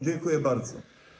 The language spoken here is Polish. Dziękuję bardzo.